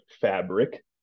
fabric